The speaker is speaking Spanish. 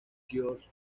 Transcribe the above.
georges